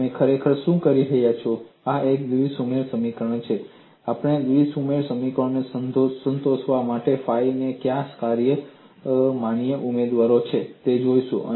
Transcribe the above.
તમે ખરેખર શું કરી રહ્યા છો આ દ્વિ સુમેળ સમીકરણ છે આપણે દ્વિ સુમેળ સમીકરણને સંતોષવા માટે ફાઈ ના કયા કાર્યો માન્ય ઉમેદવારો છે તે જોઈશું